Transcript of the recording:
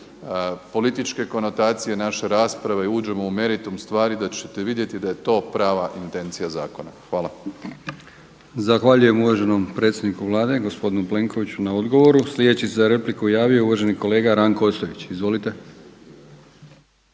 političke konotacije naše rasprave i uđemo u meritum stvari da ćete vidjeti da je to prava intencija zakona. Hvala. **Brkić, Milijan (HDZ)** Zahvaljujem uvaženom predsjedniku Vlade gospodinu Plenkoviću na odgovoru. Sljedeći se za repliku javio uvaženi kolega Ranko Ostojić. Izvolite.